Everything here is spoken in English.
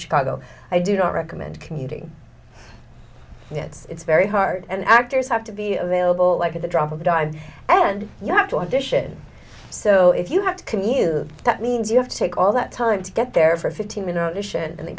chicago i do not recommend commuting yet it's very hard and actors have to be available like at the drop of a dive and you have to audition so if you have to commute that means you have to take all that time to get there for fifteen minutes and th